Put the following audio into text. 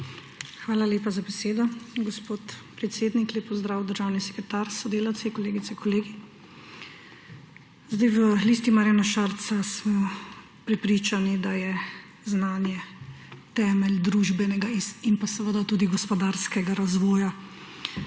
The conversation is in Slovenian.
Hvala lepa za besedo, gospod predsednik. Lep pozdrav državni sekretar s sodelavci, kolegice in kolegi! V Listi Marjana Šarc smo prepričani, da je znanje temelj družbenega in tudi gospodarskega razvoja.